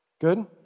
Good